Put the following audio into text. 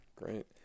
great